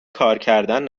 کارکردن